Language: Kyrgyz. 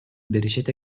беришет